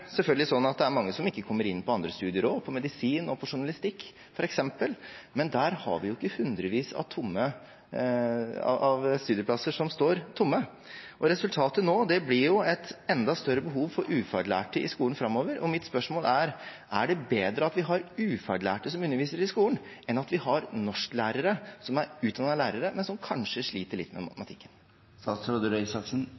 selvfølgelig sånn at det er mange som ikke kommer inn på andre studier heller, på medisin, på journalistikk, f.eks., men der har vi jo ikke hundrevis av studieplasser som står ledige. Resultatet nå blir et enda større behov for ufaglærte i skolen framover, og mitt spørsmål er: Er det bedre at vi har ufaglærte som underviser i skolen, enn at vi har norsklærere som er utdannet lærere, men som kanskje sliter litt med